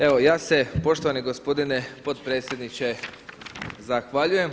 Evo, ja se poštovani gospodine potpredsjedniče, zahvaljujem.